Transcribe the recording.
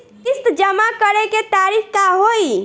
किस्त जमा करे के तारीख का होई?